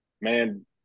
man